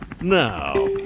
now